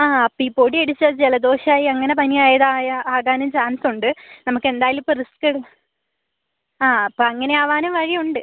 ആ അപ്പം ഈ പൊടി അടിച്ചാൽ ജലദോഷമായി അങ്ങനെ പനി ആയതായ ആ കാനും ചാൻസണ്ട് നമുക്കെന്തായാലുമിപ്പം റിസ്ക് എടുക്ക് ആ അപ്പം അങ്ങനെയാവാനും വഴിയുണ്ട്